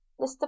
mr